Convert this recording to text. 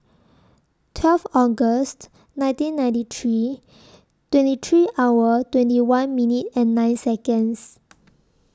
twelve August nineteen ninety three twenty three hour twenty one minute and nine Seconds